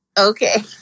Okay